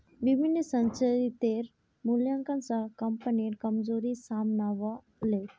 विभिन्न संचितेर मूल्यांकन स कम्पनीर कमजोरी साम न व ले